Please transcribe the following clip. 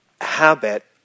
habit